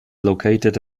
located